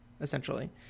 essentially